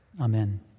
amen